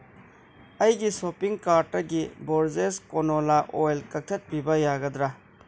ꯑꯩꯒꯤ ꯁꯣꯞꯄꯤꯡ ꯀꯥꯔꯠꯇꯒꯤ ꯕꯣꯔꯖꯦꯁ ꯀꯣꯅꯣꯂꯥ ꯑꯣꯏꯜ ꯀꯛꯊꯠꯄꯤꯕ ꯌꯥꯒꯗ꯭ꯔ